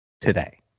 today